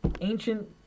ancient